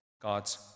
God's